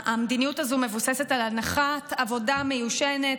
המדיניות הזו מבוססת על הנחת עבודה מיושנת